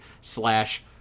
slash